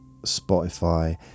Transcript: spotify